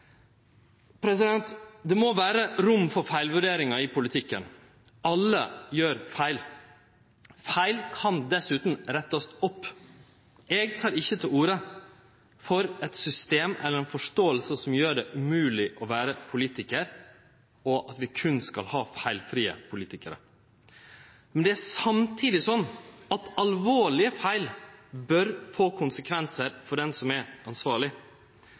82. Det må vere rom for feilvurderingar i politikken. Alle gjer feil. Feil kan dessutan rettast opp. Eg tek ikkje til orde for eit system eller ei forståing som gjer det umogleg å vere politikar, og at vi kun skal ha feilfrie politikarar. Men det er samtidig slik at alvorlege feil bør få konsekvensar for den som er ansvarleg.